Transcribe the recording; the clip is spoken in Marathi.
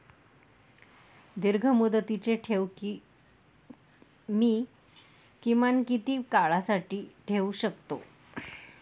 दीर्घमुदतीचे ठेव मी किमान किती काळासाठी ठेवू शकतो?